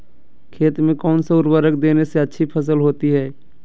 खेत में कौन सा उर्वरक देने से अच्छी फसल होती है?